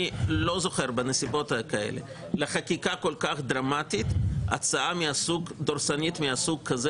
אני לא זוכר בנסיבות כאלה לחקיקה כל כך דרמטית דורסנית מסוג כזה.